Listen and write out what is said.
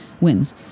wins